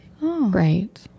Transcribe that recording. Right